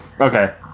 Okay